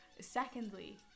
Secondly